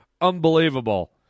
Unbelievable